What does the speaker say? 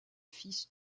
fils